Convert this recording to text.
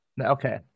Okay